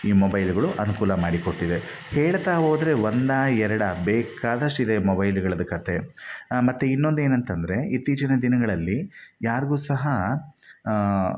ಈ ಮೊಬೈಲ್ಗಳು ಅನುಕೂಲ ಮಾಡಿಕೊಟ್ಟಿದೆ ಹೇಳ್ತಾ ಹೋದರೆ ಒಂದಾ ಎರಡ ಬೇಕಾದಷ್ಟಿದೆ ಮೊಬೈಲ್ಗಳ್ದು ಕಥೆ ಮತ್ತೆ ಇನ್ನೊಂದು ಏನು ಅಂತಂದರೆ ಸಹ